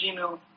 Gmail